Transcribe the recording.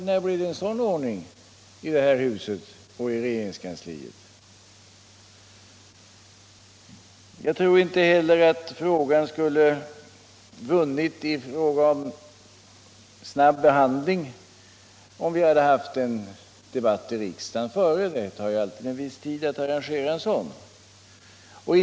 När blev en sådan ordning införd i detta hus och i regeringskansliet? Jag tror inte heller att ärendet skulle ha vunnit i fråga om snabbehandling, om vi hade haft en debatt i riksdagen. Det tar ju alltid en viss tid att arrangera en sådan debatt.